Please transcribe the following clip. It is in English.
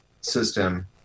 system